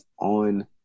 on